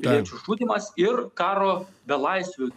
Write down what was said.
piliečių žudymas ir karo belaisvių